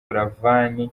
buravan